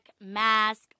mask